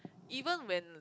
even when